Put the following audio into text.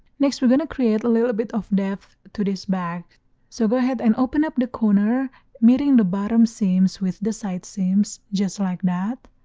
next we're gonna create a little bit of depth to this bag so go ahead and open up the corner meeting the bottom seams with the side seams just like that.